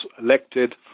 elected